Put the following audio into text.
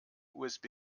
usb